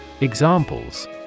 Examples